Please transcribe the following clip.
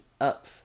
up